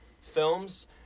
films